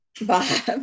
Bob